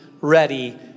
ready